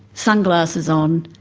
sunglasses on,